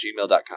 gmail.com